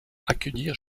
accueillir